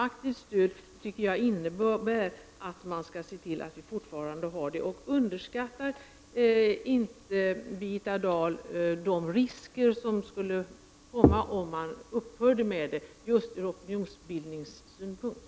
Aktivt stöd tycker jag innebär att man skall se till att vi fortfarande får ha ett moratorium. Underskattar inte Birgitta Dahl de risker från just opinionssynpunkt som det skulle innebära om moratoriet upphörde?